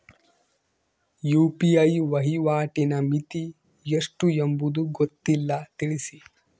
UPI ವಹಿವಾಟಿನ ಮಿತಿ ಎಷ್ಟು ಎಂಬುದು ಗೊತ್ತಿಲ್ಲ? ತಿಳಿಸಿ?